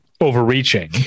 overreaching